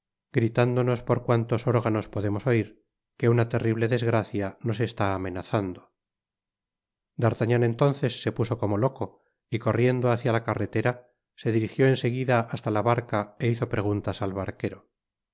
gritándonos por cuantos órganos podemos oir que una terrible desgracia nos está amenazando d'artagnan entonces se puso como loco y corriendo hácia la carretera se dirigió en seguida hasta la barca é hizo preguntas al barquero